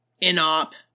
in-op